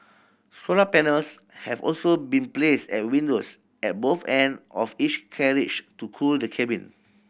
solar panels have also been placed at windows at both end of each carriage to cool the cabin